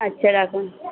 আচ্ছা রাখুন